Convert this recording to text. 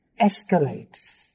escalates